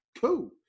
Cool